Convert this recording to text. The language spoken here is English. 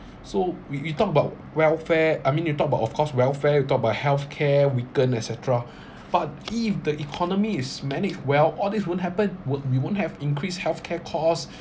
so we we talk about welfare I mean you talk about of course welfare you talk about healthcare weakened et cetera but if the economy's managed well all this wouldn't happen would we wouldn't have increased healthcare costs